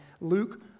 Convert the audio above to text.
Luke